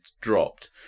dropped